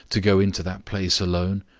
to go into that place alone?